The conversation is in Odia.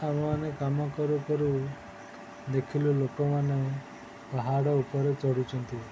ଆମେମାନେ କାମ କରୁ କରୁ ଦେଖିଲୁ ଲୋକମାନେ ପାହାଡ଼ ଉପରେ ଚଢ଼ୁଛନ୍ତି